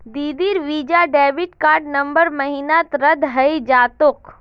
दीदीर visa debit card नवंबर महीनात रद्द हइ जा तोक